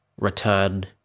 return